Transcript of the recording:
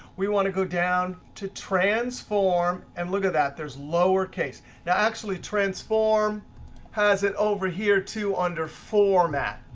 we want to go down to transform. and look at that. there's lowercase. now actually, transform has it over here too under format.